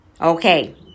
okay